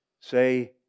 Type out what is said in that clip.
say